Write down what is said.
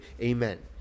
amen